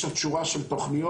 יש עוד שורה של תוכניות.